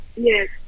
yes